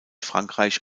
frankreich